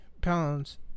pounds